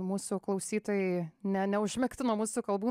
mūsų klausytojai ne neužmegztų nuo mūsų kalbų